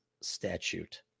statute